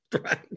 Right